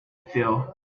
few